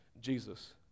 Jesus